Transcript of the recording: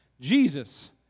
Jesus